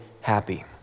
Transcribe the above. happy